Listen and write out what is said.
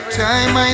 time